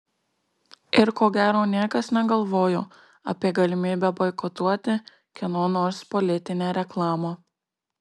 ir ko gero niekas negalvojo apie galimybę boikotuoti kieno nors politinę reklamą